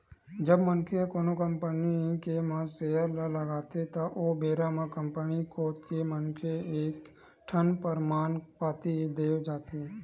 जब मनखे ह कोनो कंपनी के म सेयर ल लगाथे त ओ बेरा म कंपनी कोत ले मनखे ल एक ठन परमान पाती देय जाथे